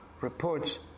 reports